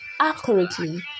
accurately